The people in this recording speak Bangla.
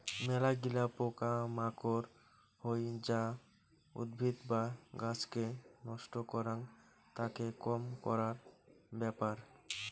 মেলাগিলা পোকা মাকড় হই যা উদ্ভিদ বা গাছকে নষ্ট করাং, তাকে কম করার ব্যাপার